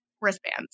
wristbands